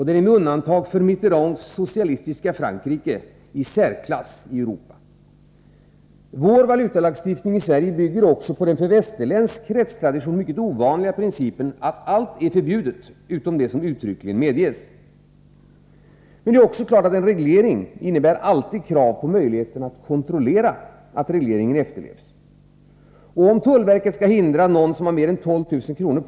Den är, med undantag för vad som gäller i Mitterands socialistiska Frankrike, i särklass i Europa. Vår valutalagstiftning bygger Nr 119 också på den för västerländsk rättstradition mycket ovanliga principen att allt Fredagen den är förbjudet, utom det som uttryckligen medges. 6 april 1984 Det är klart att en reglering alltid innebär krav på möjligheter att kontrollera att regleringen efterlevs. Om tullverket skall kunna hindra någon som har mer än 12 000 kr.